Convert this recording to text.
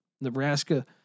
Nebraska